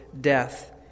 death